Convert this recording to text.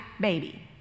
baby